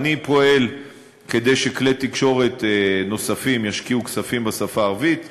ואני פועל כדי שכלי תקשורת נוספים ישקיעו כספים בשפה הערבית.